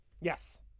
Yes